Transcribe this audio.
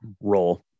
role